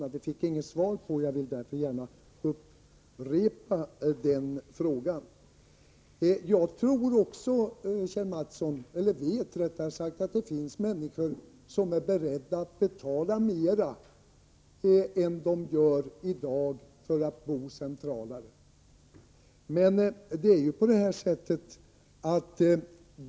Den frågan fick jag inget svar på, och därför upprepar jag den. Jag vet också, Kjell Mattsson, att det finns människor som är beredda att betala mera för att bo centralare än de gör i dag.